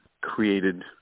created